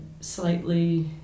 slightly